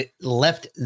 left